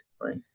right